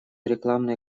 рекламные